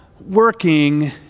working